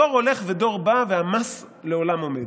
דור הולך ודור בא והמס לעולם עומד.